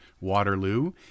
Waterloo